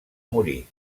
morir